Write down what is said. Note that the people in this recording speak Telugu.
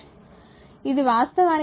ఇది వాస్తవానికి సమీకరణం 1